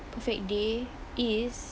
perfect day is